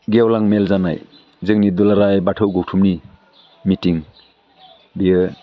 गेवलां मेल जानाय जोंनि दुलाराय बाथौ गौथुमनि मिथिं बेयो